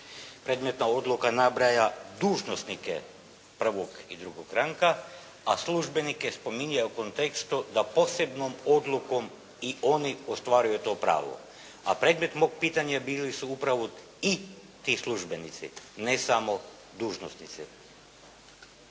Predmetna odluka nabraja dužnosnike prvog i drugog ranga a službenike spominje u kontekstu da posebnom odlukom i oni ostvaruju to pravo. A predmet mog pitanja bili su upravo i ti službenici ne samo dužnosnici.